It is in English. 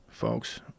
Folks